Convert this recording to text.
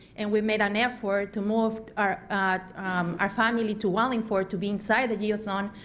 and we made an effort to move our our family to wallingford to be inside the geo zone,